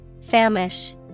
Famish